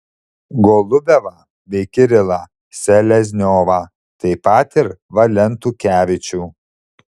golubevą bei kirilą selezniovą taip pat ir valentukevičių